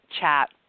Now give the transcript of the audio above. chat